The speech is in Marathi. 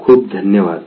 खूप खूप धन्यवाद